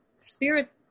spirit